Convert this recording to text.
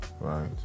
right